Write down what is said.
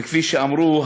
וכפי שאמרו,